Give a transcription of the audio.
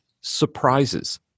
surprises